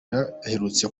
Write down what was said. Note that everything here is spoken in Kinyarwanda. aherutse